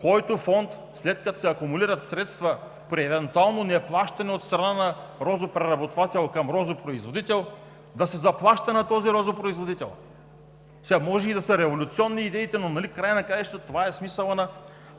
който фонд, след като се акумулират средства при евентуално неплащане от страна на розопреработвател към розопроизводител, да се заплаща на този розопроизводител? Може и да са революционни идеите, но нали в края на краищата в това е смисълът